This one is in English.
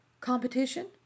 Competition